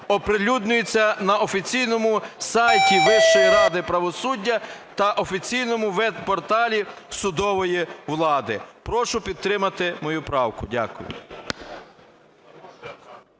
оприлюднюються на офіційному сайті Вищої ради правосуддя та офіційному веб-порталі судової влади. Прошу підтримати мою правку. Дякую.